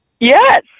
Yes